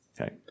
Okay